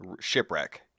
Shipwreck